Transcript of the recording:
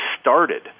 started